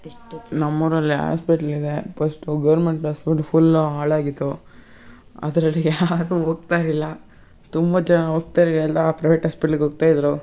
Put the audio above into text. ನಮ್ಮ ಊರಲ್ಲಿ ಹಾಸ್ಪಿಟ್ಲಿದೆ ಫಸ್ಟು ಗೌರ್ಮೆಂಟ್ ಹಾಸ್ಪಿಟ್ಲ್ ಫುಲ್ಲು ಹಾಳಾಗಿತ್ತು ಅದರಲ್ಲಿ ಯಾರೂ ಹೋಗ್ತಾ ಇಲ್ಲ ತುಂಬ ಜನ ಹೋಗ್ತಾ ಇರಲಿಲ್ಲ ಪ್ರೈವೇಟ್ ಹಾಸ್ಪಿಟ್ಲಿಗೆ ಹೋಗ್ತಾ ಇದ್ದರು